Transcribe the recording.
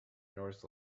north